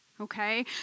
okay